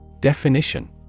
Definition